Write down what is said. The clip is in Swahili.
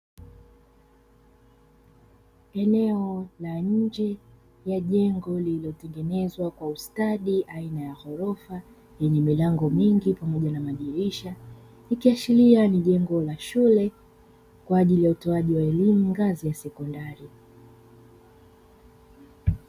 Eneo la nje ya jengo lililotengenezwa kwa ustadi aina ya ghorofa lenye milango mingi pamoja na madirisha ikiashiria ni jengo la shule kwa ajili ya utoaji elimu ngazi ya sekondari.